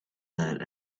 that